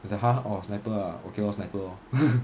我讲他 orh sniper ah okay lor sniper lor